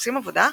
מחפשים עבודה?